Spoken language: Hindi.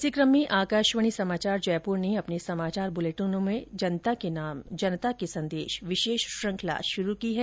इसी क्रम में आकाशवाणी समाचार जयपूर ने अपने समाचार बुलेटिनों में जनता के नाम जनता के संदेश विशेष श्रृंखला शुरू की है